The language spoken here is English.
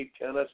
Tennis